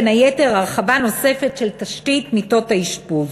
בין היתר, הרחבה נוספת של תשתית מיטות האשפוז.